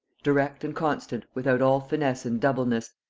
direct and constant, without all finesse and doubleness,